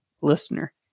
listener